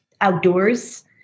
outdoors